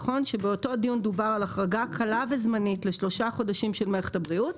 שבאותו דיון דובר על החרגה קלה וזמנית לשלושה חודשים של מערכת הבריאות